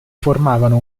formavano